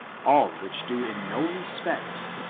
all which do in no respect,